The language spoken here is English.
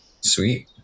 sweet